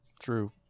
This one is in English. True